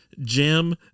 Jim